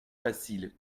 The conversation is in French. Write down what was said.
facile